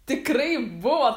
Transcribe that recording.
tikrai buvo